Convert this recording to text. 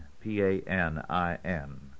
P-A-N-I-N